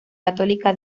católica